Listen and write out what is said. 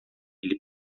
ele